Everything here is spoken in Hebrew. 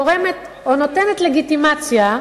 גורמת או נותנת לגיטימציה,